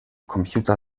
computer